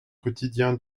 quotidien